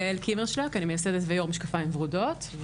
גאל קימרשלק אני מייסדת ויו"ר משקפיים ורודות,